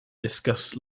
discuss